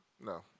no